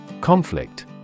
Conflict